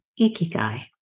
ikigai